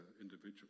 individual